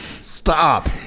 stop